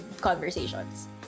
conversations